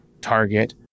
target